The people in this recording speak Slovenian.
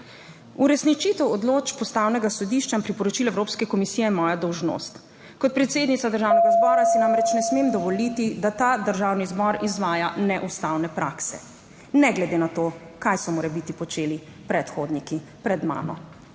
Uresničitev odločb Ustavnega sodišča in priporočil evropske komisije je moja dolžnost. Kot predsednica Državnega zbora si namreč ne smem dovoliti, da ta Državni zbor izvaja neustavne prakse, ne glede na to, kaj so morebiti počeli predhodniki pred mano.